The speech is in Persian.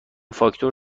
فاکتور